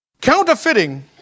Counterfeiting